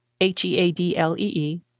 h-e-a-d-l-e-e